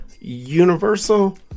universal